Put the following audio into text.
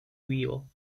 wheel